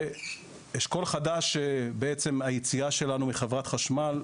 אשכול חדש שהוא בעצם יציאה שלנו מחברת חשמל,